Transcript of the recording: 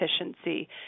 efficiency